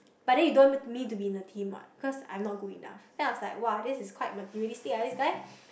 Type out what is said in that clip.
but then you don't want me to be in your team what because I'm not good enough then I was like [wah] this is quite materialistic lah this guy